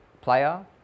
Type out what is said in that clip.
player